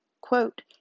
quote